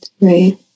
right